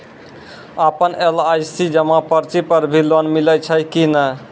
आपन एल.आई.सी जमा पर्ची पर भी लोन मिलै छै कि नै?